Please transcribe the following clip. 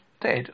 dead